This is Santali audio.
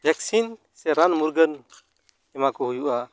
ᱵᱷᱮᱠᱥᱤᱱ ᱥᱮ ᱨᱟᱱ ᱢᱩᱨᱜᱟᱹᱱ ᱮᱢᱟ ᱠᱚ ᱦᱩᱭᱩᱜᱼᱟ